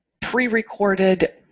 pre-recorded